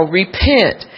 repent